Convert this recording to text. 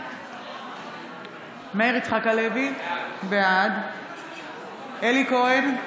מאיר יצחק הלוי, בעד אלי כהן,